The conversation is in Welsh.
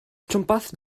twmpath